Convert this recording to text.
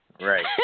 Right